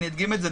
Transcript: אדגים את זה.